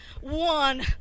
one